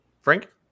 Frank